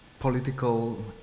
political